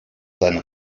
seine